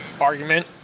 argument